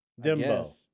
Dimbo